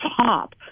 top